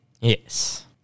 Yes